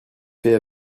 fait